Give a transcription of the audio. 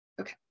Okay